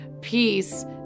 peace